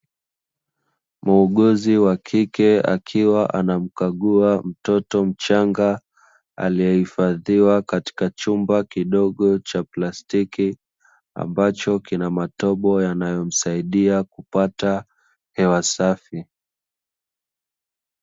Muuguzi wa kike akiwa anamkagua mtoto mchanga aliyehifadhiwa katika chumba kidogo cha plastiki, ambacho kina matobo yanayomsaidia kupata hewa safi.